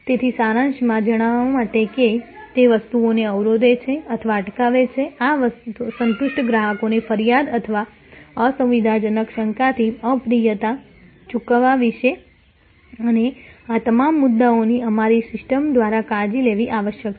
તેથી સારાંશમાં જણાવવા માટે કે જે વસ્તુઓને અવરોધે છે અથવા અટકાવે છે આ સંતુષ્ટ ગ્રાહકોને ફરિયાદ અથવા અસુવિધાજનક શંકાથી અપ્રિયતા ચૂકવવા વિશે અને આ તમામ મુદ્દાઓની અમારી સિસ્ટમ દ્વારા કાળજી લેવી આવશ્યક છે